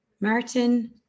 Martin